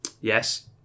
Yes